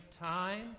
time